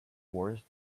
wars